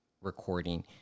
recording